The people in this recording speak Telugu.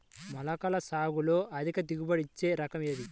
మొలకల సాగులో అధిక దిగుబడి ఇచ్చే రకం ఏది?